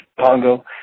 pongo